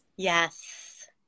Yes